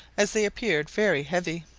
as they appeared very heavy.